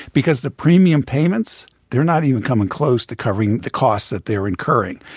because the premium payments? they're not even coming close to covering the costs that they're incurring.